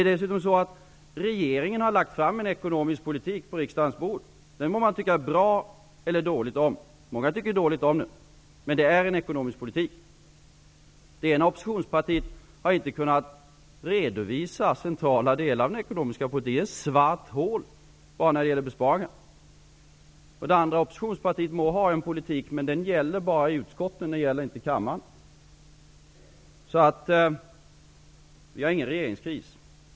Regeringen har lagt fram förslag om en ekonomisk politik på riksdagens bord. Man må tycka bra eller dåligt om den politiken -- många tycker dåligt om den, men det är ändå en ekonomisk politik. Det ena oppositionspartiet har inte kunnat redovisa centrala delar av sin ekonomiska politik. Den är ett svart hål när det gäller enbart besparingar. Det andra oppositionspartiet må ha en ekonomisk politik, men den gäller bara i utskotten och inte i kammaren. Vi har ingen regeringskris.